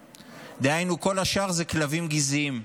דהיינו, כל השאר הם כלבים גזעיים.